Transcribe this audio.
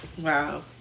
Wow